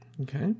Okay